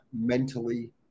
mentally